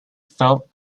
felt